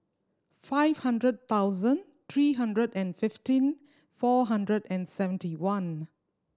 five hundred thousand three hundred and fifteen four hundred and seventy one